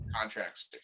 contracts